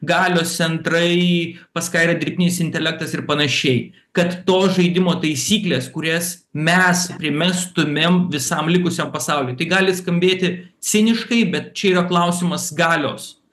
galios centrai pas ką yra dirbtinis intelektas ir panašiai kad tos žaidimo taisyklės kurias mes primestumėm visam likusiam pasauliui tai gali skambėti ciniškai bet čia yra klausimas galios